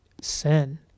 sin